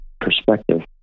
perspective